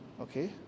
okay